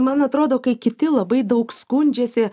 man atrodo kai kiti labai daug skundžiasi